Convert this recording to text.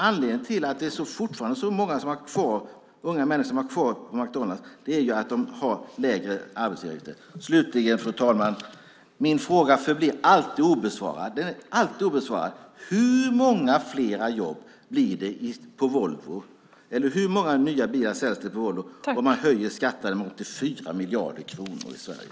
Anledningen till att det finns så många unga människor kvar på McDonalds är de lägre arbetsgivaravgifterna. Fru talman! Min fråga förblir alltid obesvarad: Hur många fler jobb blir det på Volvo, eller hur många nya Volvobilar säljs, om skatterna höjs med 84 miljarder kronor i Sverige?